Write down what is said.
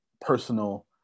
personal